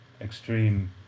extreme